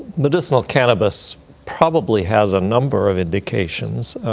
medicinal cannabis probably has a number of indications.